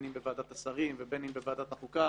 אם בוועדת השרים ובין אם בוועדת החוקה,